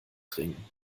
ring